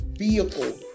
vehicle